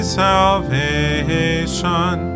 salvation